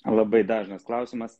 labai dažnas klausimas